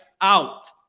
Out